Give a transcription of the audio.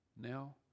now